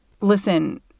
listen